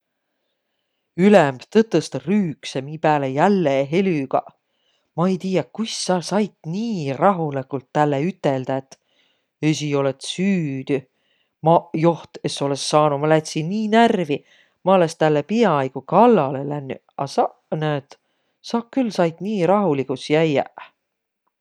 Ülemb tõtõstõ rüükse mi pääle jälle helügaq. Ma ei tiiäq, kuis sa sait nii rahuligult tälle üteldäq, et esiq olõt süüdü. Maq joht es olõs saanuq. Maq lätsi nii närvi. Ma olõs tälle piaaigu kallalõ lännüq. A saq näet, saq külh sait nii rahuligus jäiäq!